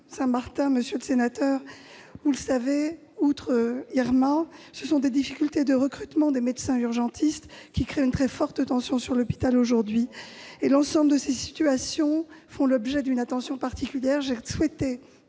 Saint-Martin, monsieur le sénateur, outre l'ouragan Irma, des difficultés de recrutement des médecins urgentistes y ont créé une très forte tension sur l'hôpital. L'ensemble de ces situations fait l'objet d'une attention particulière. J'ai souhaité